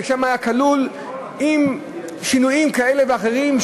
היה כלול שם אם שינויים כאלה ואחרים,